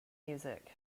music